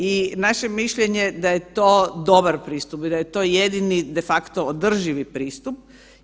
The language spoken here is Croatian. I naše mišljenje je da je to dobar pristup i da je to jedini de facto održivi pristup.